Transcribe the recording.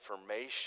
information